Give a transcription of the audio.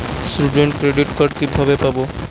Student credit card কিভাবে পাব?